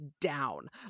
down